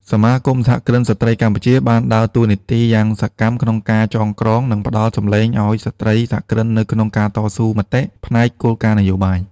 សមាគមសហគ្រិនស្រ្តីកម្ពុជា បានដើរតួនាទីយ៉ាងសកម្មក្នុងការចងក្រង និងផ្ដល់សំឡេងឱ្យស្ត្រីសហគ្រិននៅក្នុងការតស៊ូមតិផ្នែកគោលនយោបាយ។